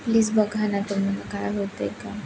please बघा ना तुम्ही काय होतं आहे का